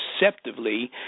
perceptively